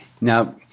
now